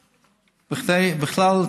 בכלל,